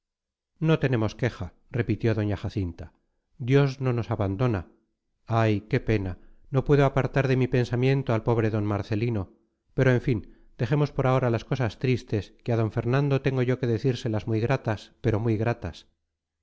no tenemos queja repitió doña jacinta dios no nos abandona ay qué pena no puedo apartar de mi pensamiento al pobre d marcelino pero en fin dejemos por ahora las cosas tristes que a d fernando tengo yo que decírselas muy gratas pero muy gratas